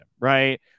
right